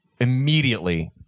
immediately